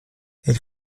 elle